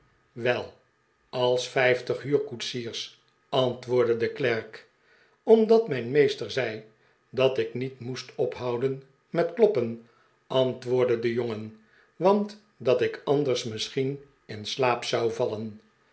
wel als vijftig huurkoetsiers antwoordde de klerk omdat mijn meester zei dat ik niet moest ophouden met kloppen antwoordde de jongen want dat ik anders misschien in slaap zou vallen